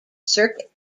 circuit